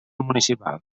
municipal